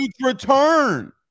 Return